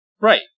Right